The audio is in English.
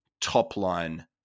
top-line –